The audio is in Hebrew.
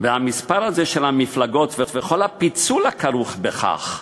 והמספר הזה של המפלגות וכל הפיצול הכרוך בכך,